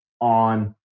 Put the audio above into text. on